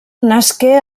nasqué